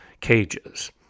cages